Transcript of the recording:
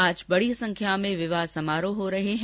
आज बड़ी संख्या में विवाह समारोह हो रहे हैं